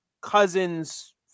cousin's